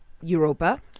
Europa